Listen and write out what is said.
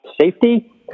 safety